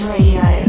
Radio